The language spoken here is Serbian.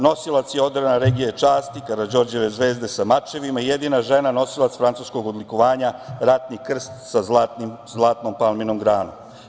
Nosilac je ordena Legije časti, Karađorđeve zvezde sa mačevima i jedina žena nosilac francuskog odlikovanja Ratni krst sa zlatnom palminom granom.